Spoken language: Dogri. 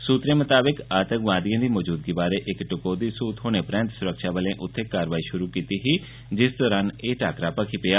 सूत्रे मताबक आतंकवादियें दी मजूदगी बारै इक टकोह्दी सूह थ्होने परैंत सुरक्षाबलें उत्थै कार्यवाई शुरू कीती ही जिस दौरान एह् टाक्करा भखी पेआ